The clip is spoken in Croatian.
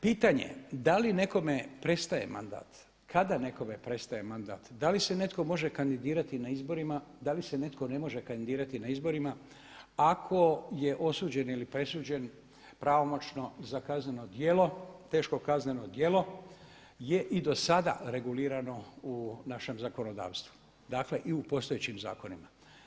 Pitanje da li nekome prestaje mandat, kada nekome prestaje mandat, da li se neko može kandidirati na izborima, da li ne netko ne možemo kandidirati na izborima ako je osuđen ili presuđen pravomoćno za kazneno, teško kazneno djelo je i do sada regulirano u našem zakonodavstvu i u postojećim zakonima.